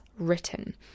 Written